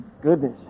Goodness